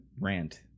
rant